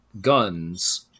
guns